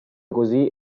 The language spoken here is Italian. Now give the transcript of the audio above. così